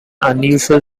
unusual